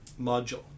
module